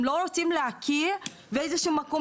הם לא רוצים להכיר את התרבות באיזשהו מקום,